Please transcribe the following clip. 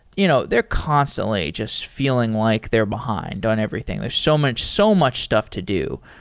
you know they're constantly just feeling like they're behind on everything. there's so much, so much stuff to do.